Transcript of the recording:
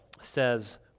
says